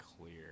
clear